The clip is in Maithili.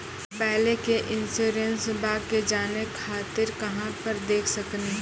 पहले के इंश्योरेंसबा के जाने खातिर कहां पर देख सकनी?